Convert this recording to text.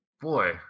boy